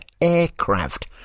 aircraft